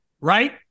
right